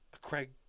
Craig